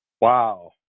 Wow